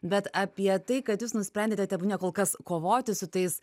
bet apie tai kad jūs nusprendėte tebūnie kol kas kovoti su tais